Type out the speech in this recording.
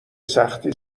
سختی